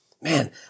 Man